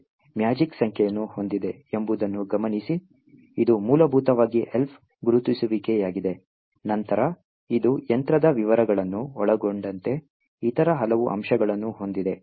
ಇದು ಮ್ಯಾಜಿಕ್ ಸಂಖ್ಯೆಯನ್ನು ಹೊಂದಿದೆ ಎಂಬುದನ್ನು ಗಮನಿಸಿ ಇದು ಮೂಲಭೂತವಾಗಿ Elf ಗುರುತಿಸುವಿಕೆಯಾಗಿದೆ ನಂತರ ಇದು ಯಂತ್ರದ ವಿವರಗಳನ್ನು ಒಳಗೊಂಡಂತೆ ಇತರ ಹಲವು ಅಂಶಗಳನ್ನು ಹೊಂದಿದೆ